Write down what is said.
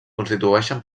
constitueixen